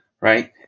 right